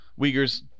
Uyghurs